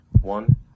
One